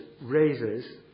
raises